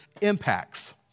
impacts